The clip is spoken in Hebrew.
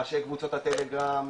ראשי קבוצות הטלגרם,